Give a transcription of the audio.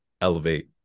elevate